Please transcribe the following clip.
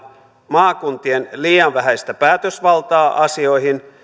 maakuntien liian vähäistä päätösvaltaa asioihin